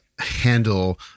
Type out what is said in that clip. handle